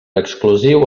exclusiu